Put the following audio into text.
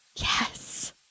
Yes